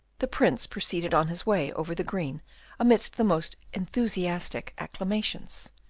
the prince proceeded on his way over the green amidst the most enthusiastic acclamations.